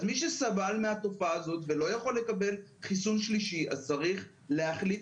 אז מי שסבל מהתופעה הזאת ולא יכול לקבל חיסון שלישי אז צריך להחליט